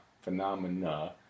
phenomena